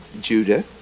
Judah